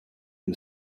can